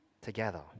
together